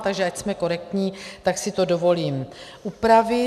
Takže ať jsme korektní, tak si to dovolím upravit.